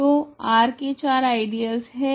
तो R के 4 ideals है